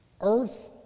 Earth